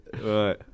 right